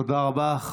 תודה רבה.